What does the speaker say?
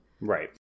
right